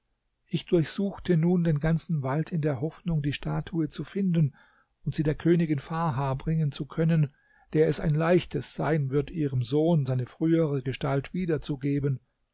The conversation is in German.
ich durchsuchte nun den ganzen wald in der hoffnung die statue zu finden und sie der königin farha bringen zu können der es ein leichtes sein wird ihrem sohn seine frühere gestalt wiederzugeben